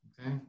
okay